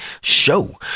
show